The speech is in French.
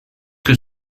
que